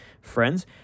friends